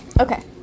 Okay